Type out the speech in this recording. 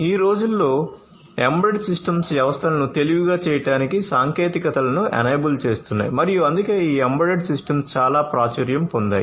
ఈ రోజుల్లో embedded systems వ్యవస్థలను తెలివిగా చేయడానికి సాంకేతికతలను ఎనేబుల్ చేస్తున్నాయి మరియు అందుకే ఈ ఎంబెడెడ్ సిస్టమ్స్ బాగా ప్రాచుర్యం పొందాయి